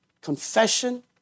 confession